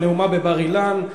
בנאומה בבר-אילן,